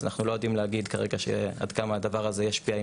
אז אנחנו לא יודעים להגיד כרגע עד כמה הדבר הזה ישפיע,